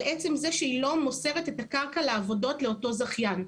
עצם זה שהיא לא מוסרת את העבודות לאותו זכיין.